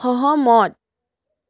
সহমত